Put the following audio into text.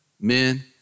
Men